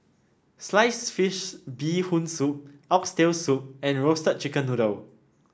Sliced Fish Bee Hoon Soup Oxtail Soup and Roasted Chicken Noodle